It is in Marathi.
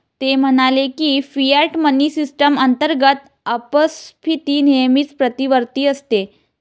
ते म्हणाले की, फियाट मनी सिस्टम अंतर्गत अपस्फीती नेहमीच प्रतिवर्ती असते